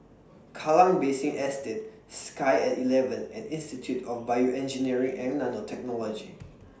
Kallang Basin Estate Sky At eleven and Institute of Bioengineering and Nanotechnology